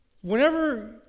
Whenever